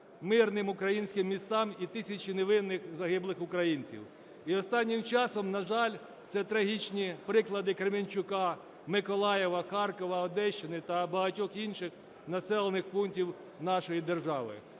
мирних українських містах і тисячі невинних загиблих українців. І останнім часом, на жаль, це трагічні приклади Кременчука, Миколаєва, Харкова, Одещини та багатьох інших населених пунктів нашої держави.